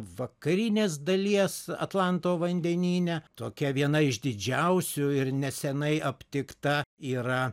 vakarinės dalies atlanto vandenyne tokia viena iš didžiausių ir nesenai aptikta yra